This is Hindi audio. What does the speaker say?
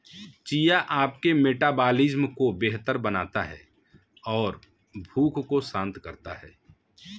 चिया आपके मेटाबॉलिज्म को बेहतर बनाता है और भूख को शांत करता है